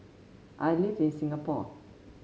I live in Singapore